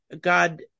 God